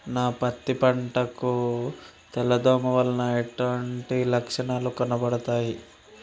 నా పత్తి పంట కు తెల్ల దోమ వలన ఎలాంటి లక్షణాలు కనబడుతాయి?